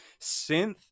synth